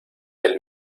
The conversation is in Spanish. del